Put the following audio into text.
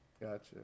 Gotcha